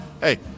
hey